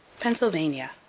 Pennsylvania